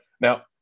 Now